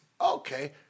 okay